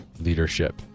leadership